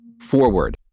Forward